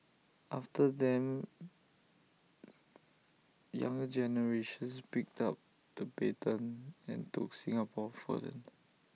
after them younger generations picked up the baton and took Singapore further